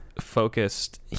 focused